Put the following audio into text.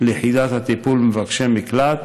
ליחידת הטיפול במבקשי מקלט,